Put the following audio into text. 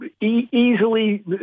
easily